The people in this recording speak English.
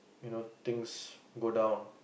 you know things go down